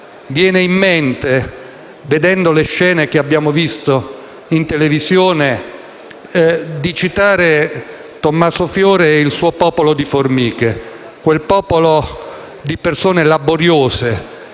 Viene in mente, vedendo le scene che abbiamo visto in televisione, di citare Tommaso Fiore e il suo popolo di formiche, quel popolo di persone laboriose,